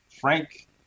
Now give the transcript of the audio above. Frank